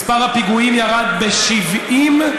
מספר הפיגועים ירד ב-75%,